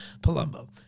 Palumbo